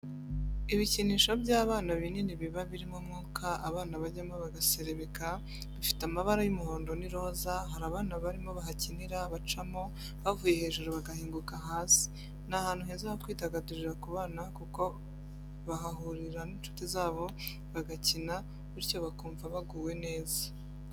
Ibikinisho by'abana binini biba birimo umwuka abana bajyamo bagaserebeka, bifite amabara y'umuhondo n'iroza, hari abana barimo bahakinira bacamo bavuye hejuru bagahinguka hasi. Ni ahantu heza ho kwidagadurira ku bana kuko bahahurira n'inshuti zabo bagakina, bityo bakumva baguwe neza.